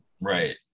right